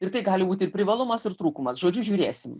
ir tai gali būti ir privalumas ir trūkumas žodžiu žiūrėsim